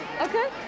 Okay